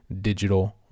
digital